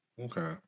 Okay